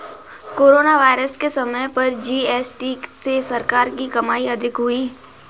corona virus के समय पर जी.एस.टी से सरकार की कमाई अधिक हुई